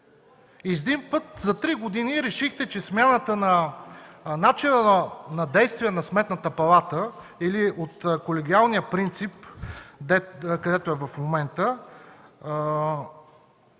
И из един път за три години решихте, че смяната на начина на действие на Сметната палата или от колегиалния принцип, какъвто е в момента,